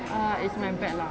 oh it's my bad lah